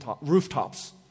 rooftops